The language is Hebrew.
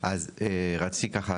אז רציתי ככה,